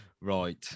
right